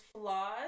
flaws